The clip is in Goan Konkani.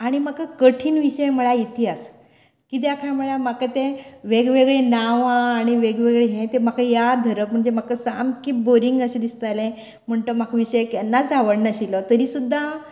आनी म्हाका कठीण विशय म्हळ्यार इतिहास किद्याक काय म्हळ्यार म्हाका तें वेगवेगळे नांवां आनी वेगवेगळे हे तें म्हाका याद धरप म्हणजे म्हाका सामकी बोरिंग अशे दिसताले म्हूण तो म्हाका विषय केन्नाच आवड नाशिल्लो तरी सुद्दां